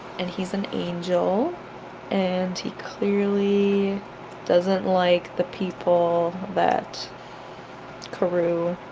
and he's an angel and he clearly doesn't like the people that karou